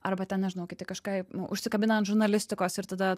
arba ten nežinau kiti kažką užsikabina ant žurnalistikos ir tada